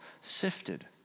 sifted